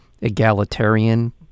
egalitarian